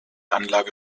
anlage